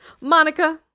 Monica